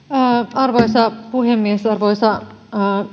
arvoisa puhemies arvoisa